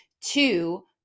two